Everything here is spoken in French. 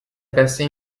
passé